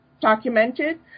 documented